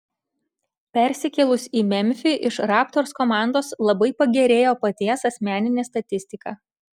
persikėlus į memfį iš raptors komandos labai pagerėjo paties asmeninė statistika